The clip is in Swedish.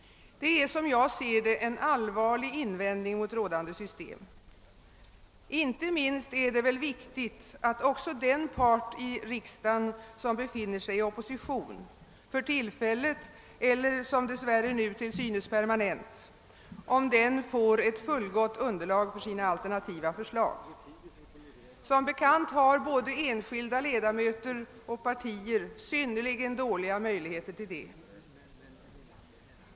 Det är, som jag ser det, en allvarlig invändning mot rådande system. Inte minst är det viktigt att även den part i riksdagen som befinner sig i opposition — för tillfället eller, som dess värre nu, till synes permanent — kan skaffa sig ett fullgott underlag för sina alternativa förslag. Som bekant har både enskilda ledamöter och partier synnerligen dåliga möjligheter därtill.